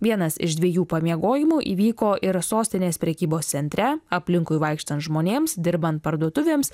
vienas iš dviejų pamiegojimų įvyko ir sostinės prekybos centre aplinkui vaikštant žmonėms dirbant parduotuvėms